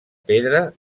pedra